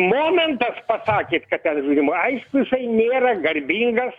momentas sakėt kad ten jum aišku jisai nėra garbingas